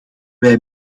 wij